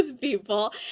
people